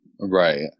Right